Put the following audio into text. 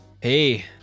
Hey